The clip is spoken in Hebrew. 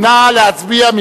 נא להצביע.